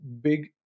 big